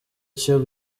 cyo